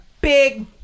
big